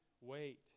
wait